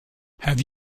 have